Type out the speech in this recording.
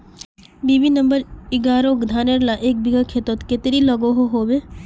BB number एगारोह धानेर ला एक बिगहा खेतोत कतेरी लागोहो होबे?